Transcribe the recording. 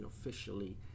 officially